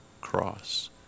cross